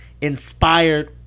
inspired